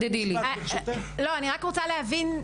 אני רק רוצה להבין,